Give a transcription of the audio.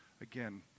again